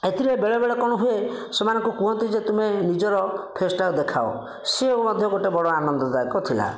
ଏଥିରେ ବେଳେବେଳେ କଣ ହୁଏ ସେମାନଙ୍କୁ କୁହନ୍ତି ଯେ ତୁମେ ନିଜର ଫେସ୍ଟା ଦେଖାଓ ସିଏ ମଧ୍ୟ ଗୋଟିଏ ବଡ଼ ଆନନ୍ଦଦାୟକ ଥିଲା